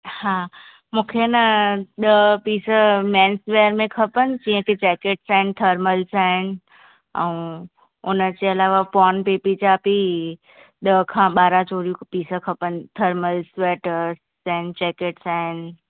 हा मूंखे आहे न ॾह पिस मैन्स वेअर में खपनि जीअं की जैकेट्स आहिनि थर्मल्स आहिनि ऐं हुनजे अलावा पोन बेबी जा बि ॾह खां ॿारहं जोड़ियूं पिस खपनि थर्मल्स स्वेटर चैन जैकेट्स आहिनि